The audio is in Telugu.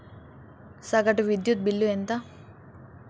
సగటు విద్యుత్ బిల్లు ఎంత?